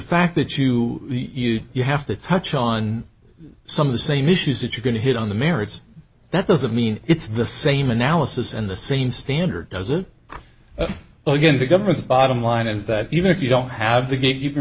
fact that you you have to touch on some of the same issues that you're going to hit on the merits that doesn't mean it's the same analysis and the same standard doesn't well again the government's bottom line is that even if you don't have the gatekeeper